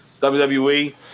WWE